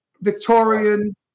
Victorian